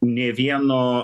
nė vieno